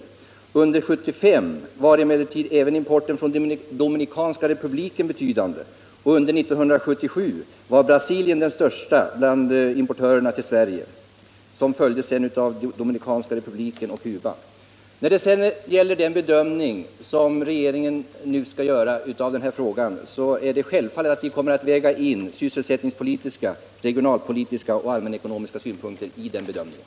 Under 1975 var emellertid även importen från Dominikanska republiken betydande, och under 1977 var den största exportören till Sverige Brasilien, följt av Dominikanska republiken och Cuba. När det sedan gäller den bedömning som regeringen nu skall göra av denna fråga, kommer vi självfallet att väga in regionalpolitiska, sysselsättningspolitiska och allmänekonomiska synpunkter i den bedömningen.